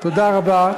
תודה רבה,